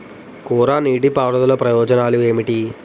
కోరా నీటి పారుదల ప్రయోజనాలు ఏమిటి?